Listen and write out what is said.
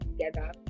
together